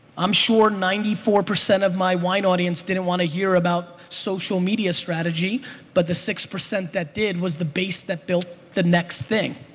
i'm sure ninety four percent of my wine audience didn't want to hear about social media strategy but the six percent that did was the base that built the next thing.